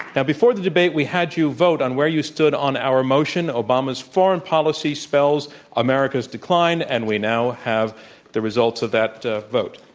and before the debate, we had you vote on where you stood on our motion, obama's foreign policy spells america's decline, and we now have the results of that vote.